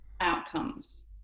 outcomes